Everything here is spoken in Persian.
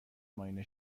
معاینه